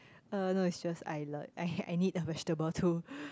uh no it's just I I I need the vegetable too